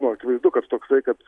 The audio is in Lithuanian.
nu akivaizdu kad toksai kad